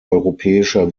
europäischer